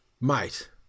Mate